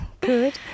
good